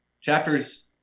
Chapters